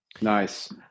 Nice